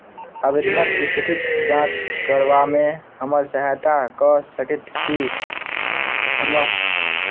आवेदनक स्थितिक जाँच करबामे हमर सहायता कऽ सकैत छी हम